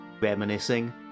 reminiscing